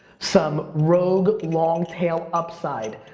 some rogue, long tail upside,